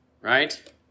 Right